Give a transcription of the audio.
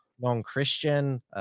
non-Christian